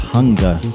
Hunger